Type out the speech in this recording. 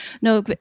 no